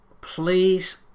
please